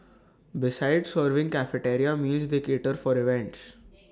besides serving cafeteria meals they cater for the events